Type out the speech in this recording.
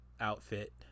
outfit